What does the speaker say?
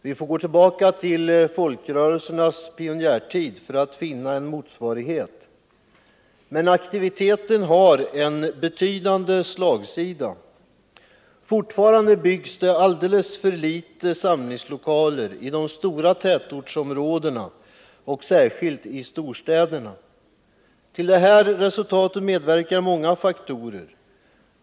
Vi får gå tillbaka till folkrörelsernas pionjärtid för att finna en motsvarighet. Men aktiviteten har en betydande slagsida. Fortfarande byggs det alltför få samlingslokaler i de stora tätortsområdena och särskilt i storstäderna. Till detta medverkar många faktorer.